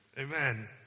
Amen